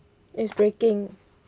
it's breaking